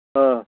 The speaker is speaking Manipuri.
ꯑ